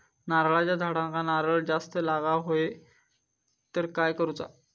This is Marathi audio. नारळाच्या झाडांना नारळ जास्त लागा व्हाये तर काय करूचा?